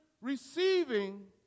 receiving